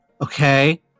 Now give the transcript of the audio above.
okay